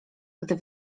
gdy